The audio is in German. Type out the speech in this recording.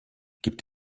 gibt